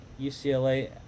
UCLA